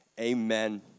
amen